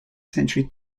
century